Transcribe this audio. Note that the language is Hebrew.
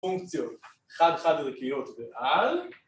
‫פונקציות, חד-חד ערכיות ועל.